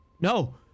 no